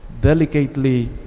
delicately